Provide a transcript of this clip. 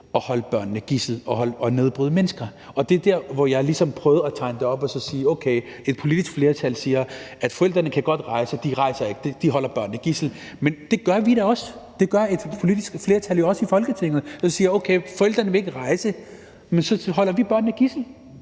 at holde børnene som gidsler og nedbryde mennesker. Det er der, hvor jeg ligesom prøvede at tegne det op ved at sige: Okay, et politisk flertal siger, at forældrene godt kan rejse, men de rejser ikke og holder deres børn som gidsler. Men det gør vi da også. Det gør et politisk flertal i Folketinget jo også, når vi siger: Okay, forældrene vil ikke rejse, men så holder vi børnene som gidsler.